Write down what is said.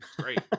Great